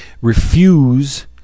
refuse